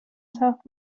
south